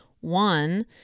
one